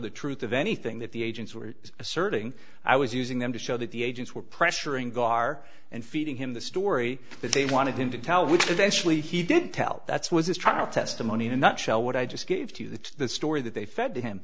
the truth of anything that the agents were asserting i was using them to show that the agents were pressuring ghar and feeding him the story that they wanted him to tell which eventually he did tell that's was his trial testimony in a nutshell what i just gave to the story that they